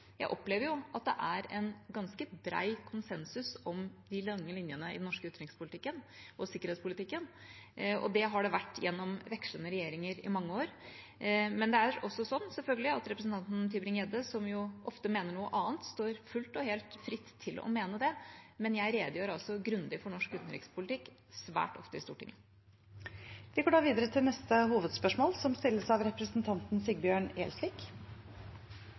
Jeg opplever jo at det er en ganske bred konsensus om de lange linjene i den norske utenriks- og sikkerhetspolitikken. Det har det vært gjennom vekslende regjeringer i mange år. Men det er også sånn, selvfølgelig, at representanten Tybring-Gjedde, som jo ofte mener noe annet, står fullt og helt fritt til å mene det. Men jeg redegjør altså grundig for norsk utenrikspolitikk svært ofte i Stortinget. Vi går videre til neste hovedspørsmål. Mitt spørsmål går til justis- og beredskapsministeren. En av